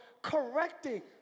correcting